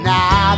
Now